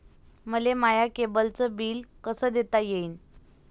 मले माया केबलचं बिल कस देता येईन?